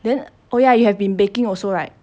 then oh ya you have been baking also right